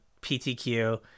PTQ